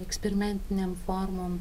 eksperimentinėm formom